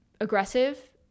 aggressive